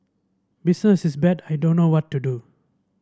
business is bad I don't know what to do